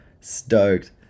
Stoked